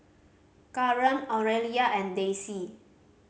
Kareem Aurelia and Daisy